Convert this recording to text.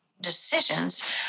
decisions